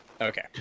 Okay